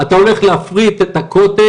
אתה הולך להפריט את הכותל,